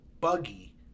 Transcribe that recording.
buggy